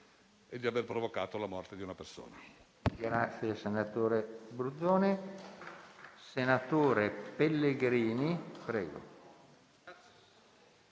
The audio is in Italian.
e di aver provocato la morte di una persona.